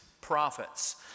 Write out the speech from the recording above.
prophets